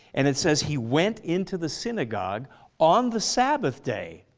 and it says he went into the synagogue on the sabbath day.